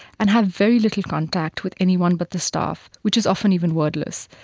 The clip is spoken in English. and have very little contact with anyone but the staff, which is often even wordless.